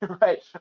Right